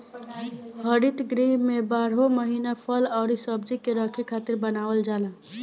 हरित गृह में बारहो महिना फल अउरी सब्जी के रखे खातिर बनावल जाला